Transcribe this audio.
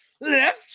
left